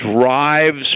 drives